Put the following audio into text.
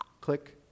Click